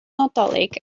nadolig